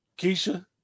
Keisha